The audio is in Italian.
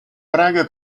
praga